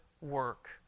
work